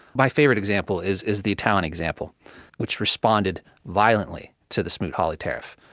my favourite example is is the italian example which responded violently to the smoot-hawley tariff.